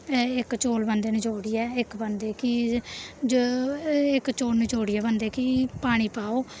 इक चौल बनदे नचोड़ियै इक चौल बनदे कि जो इक चौल नचोड़ियै बनदे कि पानी पाओ